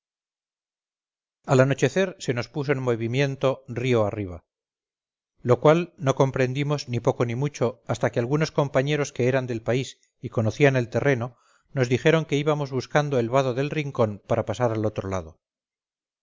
al anochecer se nos puso en movimientos río arriba lo cual no comprendimos ni poco ni mucho hasta que algunos compañeros que eran del país y conocían el terreno nos dijeron que íbamos buscando el vado del rincón para pasar al otro lado